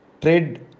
trade